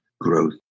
growth